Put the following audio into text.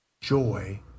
joy